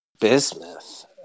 Bismuth